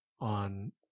on